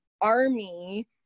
army